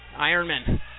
Ironman